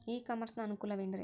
E commerce ನ ಅನುಕೂಲವೇನ್ರೇ?